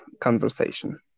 conversation